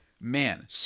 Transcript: man